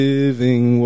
Living